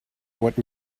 what